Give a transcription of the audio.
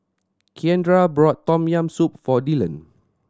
Keandre bought Tom Yam Soup for Dillon